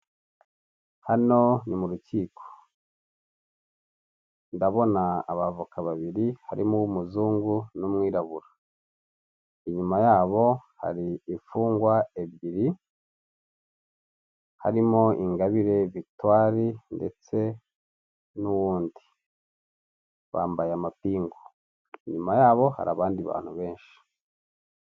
Hano ni mu rukiko, ndabona abavoka babiri harimo uw'umuzungu n'umwirabura, inyuma yabo hari imfungwa ebyiri harimo Ingabire Victoire ndetse n'uwundi. Bambaye amapingu inyuma yabo hari abandi bantu benshi.